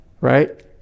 Right